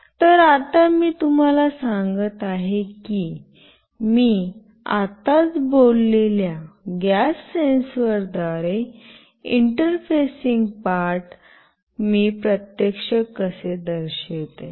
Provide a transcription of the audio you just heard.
तर आता मी तुम्हाला सांगत आहे की मी आत्ताच बोललेल्या गॅस सेन्सरद्वारे इंटरफेसिंग पार्ट मी प्रत्यक्ष कसे दर्शवितो